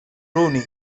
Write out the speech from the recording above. ronnie